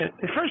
first